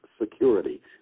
security